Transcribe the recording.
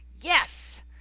YES